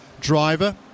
driver